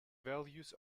values